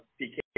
PK